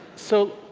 so,